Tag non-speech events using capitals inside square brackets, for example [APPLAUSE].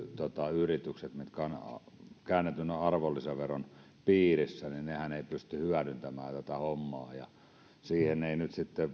yritykset mitkä ovat käännetyn arvonlisäveron piirissä eivät pysty hyödyntämään tätä hommaa ja sitä ei nyt sitten [UNINTELLIGIBLE]